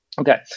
Okay